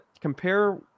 compare